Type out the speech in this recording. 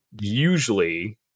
usually